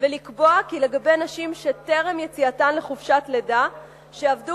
ולקבוע כי לגבי נשים שטרם יציאתן לחופשת לידה עבדו